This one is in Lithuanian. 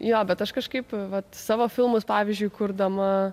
jo bet aš kažkaip vat savo filmus pavyzdžiui kurdama